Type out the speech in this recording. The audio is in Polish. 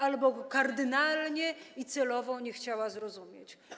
albo go kardynalnie i celowo nie chciała zrozumieć.